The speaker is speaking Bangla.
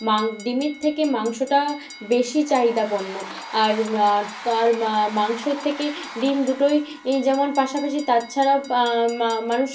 মাং ডিমের থেকে মাংসটা বেশি চাহিদা পণ্য আর আর তার মা মাংসর থেকে ডিম দুটোই এই যেমন পাশাপাশি তাছাড়া মা মানুষ